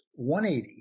180